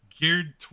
geared